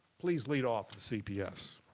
please lead off the cps.